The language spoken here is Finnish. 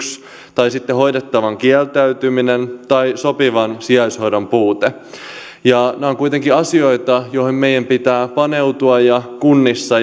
tai sitten hoidettavan kieltäytyminen tai sopivan sijaishoidon puute nämä ovat kuitenkin asioita joihin meidän pitää paneutua kunnissa